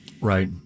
Right